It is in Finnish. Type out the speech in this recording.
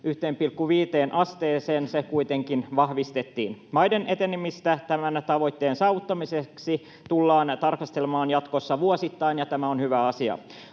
1,5 asteeseen kuitenkin vahvistettiin. Maiden etenemistä tämän tavoitteen saavuttamiseksi tullaan tarkastelemaan jatkossa vuosittain, ja tämä on hyvä asia.